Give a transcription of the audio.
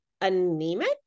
anemic